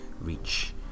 reach